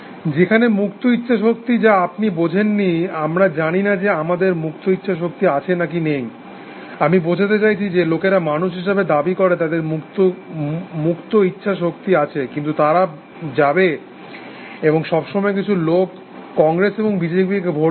যেখানে মুক্ত ইচ্ছা শক্তি যা আপনি বোঝেন নি আমরা জানি না যে আমাদের মুক্ত ইচ্ছা শক্তি আছে নাকি নেই আমি বোঝাতে চাইছি যে লোকেরা মানুষ হিসাবে দাবী করে তাদের মুক্ত ইচ্ছা শক্তি আছে কিন্তু তারা যাবে এবং সবসময় কিছু লোক কংগ্রেস এবং বিজেপিকে ভোট দেবে